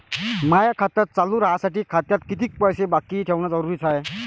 माय खातं चालू राहासाठी खात्यात कितीक पैसे बाकी ठेवणं जरुरीच हाय?